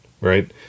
right